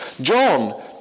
John